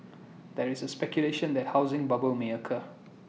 there is speculation that A housing bubble may occur